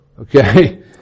Okay